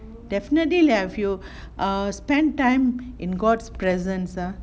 definitely lah if you err spend time in god's presence ah